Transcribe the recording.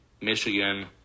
Michigan